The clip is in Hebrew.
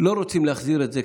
שלא רוצים להחזיר את זה,